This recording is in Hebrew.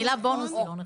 המילה בונוס היא לא נכונה.